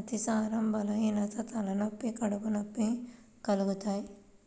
అతిసారం, బలహీనత, తలనొప్పి, కడుపు నొప్పి కలుగుతయ్